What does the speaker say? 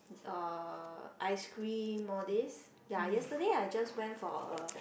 uh ice cream all this ya yesterday I just went for a